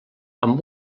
amb